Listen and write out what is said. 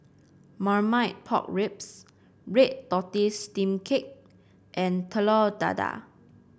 Marmite Pork Ribs Red Tortoise Steamed Cake and Telur Dadah